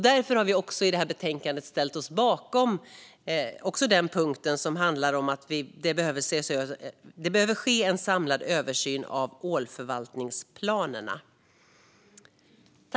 Därför har vi i betänkandet ställt oss bakom den punkt som handlar om att det behöver ske en samlad översyn av ålförvaltningsplanerna.